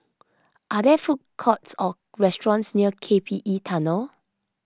are there food courts or restaurants near K P E Tunnel